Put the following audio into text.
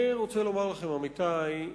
אני רוצה לומר לכם, עמיתי,